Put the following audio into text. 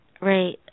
right